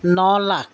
ন lakh